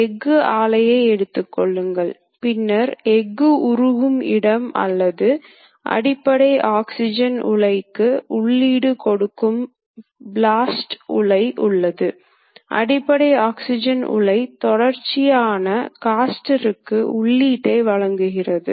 இதன்மூலம் ஸ்கிராப் வீதம் மற்றும் மனித சக்தி குறைக்கப்படும் ஏனெனில் இந்த இயந்திரங்களில் பெரும்பாலான பணிகள் தானாகவே செய்யப்படுகின்றன